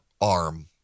arm